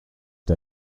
der